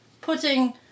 putting